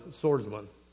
swordsman